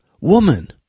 Woman